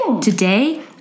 Today